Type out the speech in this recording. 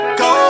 go